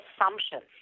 assumptions